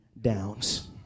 downs